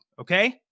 Okay